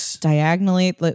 diagonally